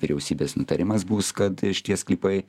vyriausybės nutarimas bus kad šitie sklypai